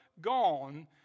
gone